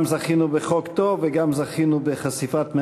גם זכינו בחוק טוב וגם זכינו בחשיפה של